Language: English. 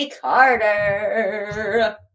Carter